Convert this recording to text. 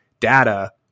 data